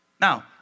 Now